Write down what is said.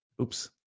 oops